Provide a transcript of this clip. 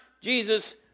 Jesus